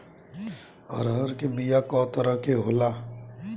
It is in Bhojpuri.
अरहर के बिया कौ तरह के होला?